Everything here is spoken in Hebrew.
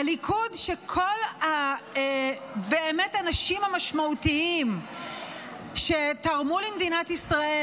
הליכוד שבאמת כל אנשים המשמעותיים שתרמו למדינת ישראל,